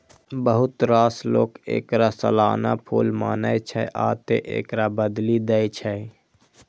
बहुत रास लोक एकरा सालाना फूल मानै छै, आ तें एकरा बदलि दै छै